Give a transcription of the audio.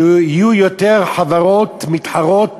שיהיו יותר חברות מתחרות,